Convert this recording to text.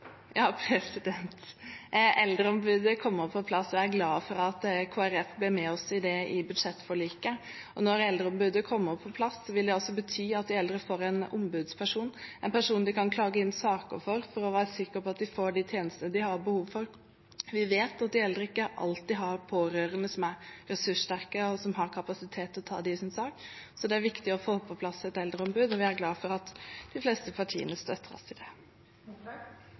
Eldreombudet kommer på plass, og jeg er glad for at Kristelig Folkeparti ble med oss på det i budsjettforliket. Når eldreombudet kommer på plass, vil det bety at de eldre får en ombudsperson som de kan klage inn saker for, for å være sikre på at de får de tjenestene de har behov for. Vi vet at eldre ikke alltid har pårørende som er ressurssterke og har kapasitet til å tale deres sak, så det er viktig å få på plass et eldreombud. Vi er glad for at de fleste partiene støtter oss i det.